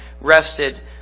rested